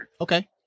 Okay